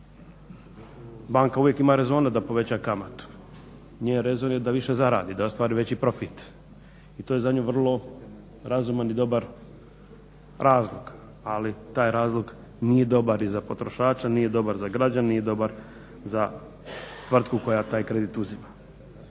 banka uvijek ima rezona da poveća kamatu. Njen rezon je da više zaradi, da ostvari veći profit i to je za nju vrlo razuman i dobar razlog. Ali taj razlog nije dobar i za potrošača, nije dobar za građane, nije dobar za tvrtku koja taj kredit uzima.